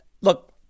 Look